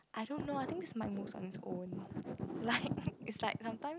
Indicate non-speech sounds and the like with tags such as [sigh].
I don't know I think this mic moves on it's own like [laughs] it's like sometimes